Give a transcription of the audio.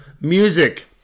Music